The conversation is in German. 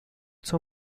zur